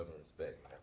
respect